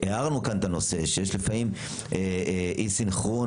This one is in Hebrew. הערנו כאן את הנושא שיש לפעמים אי סנכרון